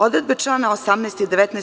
Odredbe člana 18. i 19.